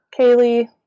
Kaylee